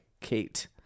Kate